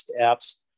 apps